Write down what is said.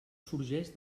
sorgeix